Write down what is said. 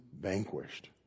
vanquished